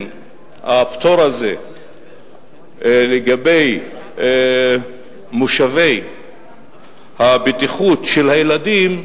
הפטור הזה לגבי מושבי הבטיחות של הילדים,